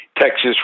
Texas